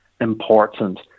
important